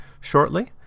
shortly